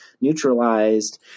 neutralized